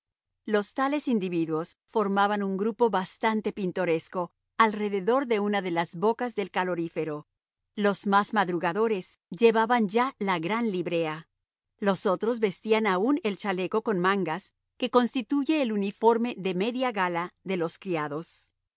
los tales individuos formaban un grupo bastante pintoresco alrededor de una de las bocas del calorífero los más madrugadores llevaban ya la gran librea los otros vestían aún el chaleco con mangas que constituye el uniforme de media gala de los criados